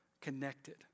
connected